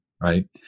right